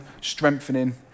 strengthening